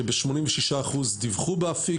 שב-86% דיווחו באפיק,